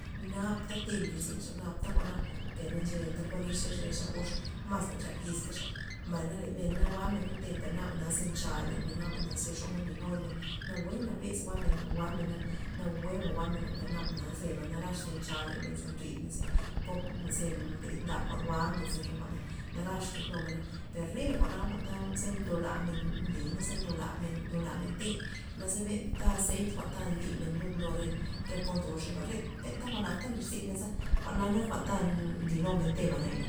Nap ta te mblir zyn xa napta jwa'na per na nchenta kuan nly re xa gox re xa maz ta na nchak yizta mbay na men anta jwa'men lud te na' per naba ze ncha len men ze naba ze xomod nly nuy men nawue nabes jwa'mena na jwa'mena nawueba jwa'mena per naba ze narax ze ncha len men ze nryd men ze popa ze mbrid nday jwa'men ze xe nak jwa'na narax ndya numena per re jwa'na na ze mdo la men limen za ndola ndo lamen te ze benda ta azeit jwa'n ndi men lud lo re re po ndoxey ba re benta jwa'nata benta nlyr zynmen za jwa'na nak jwa'n ta nly numen te'ba nayana.